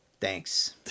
Thanks